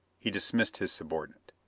he dismissed his subordinate.